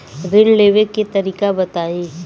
ऋण लेवे के तरीका बताई?